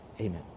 amen